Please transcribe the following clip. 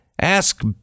Ask